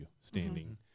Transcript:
standing